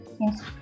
Yes